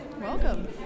welcome